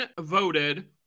voted